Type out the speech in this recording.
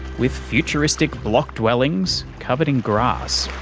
with futuristic block dwellings covered in grass.